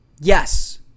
yes